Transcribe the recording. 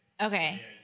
Okay